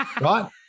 right